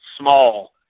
small